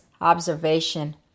observation